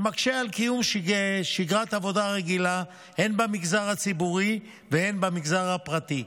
מה שמקשה על קיום שגרת עבודה רגילה הן במגזר הציבורי והן במגזר הפרטי.